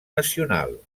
nacional